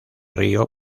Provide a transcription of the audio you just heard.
río